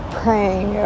praying